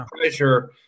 pressure